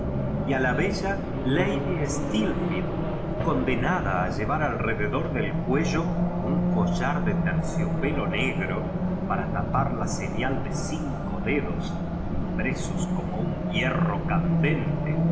a la bella lady steel tied condenada a llevar al rededor del cuello un collar de terciopelo negro para tapar la señal de cinco dedos impresos como con un hierro candente